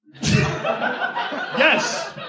Yes